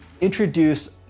introduce